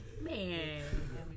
Man